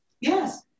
Yes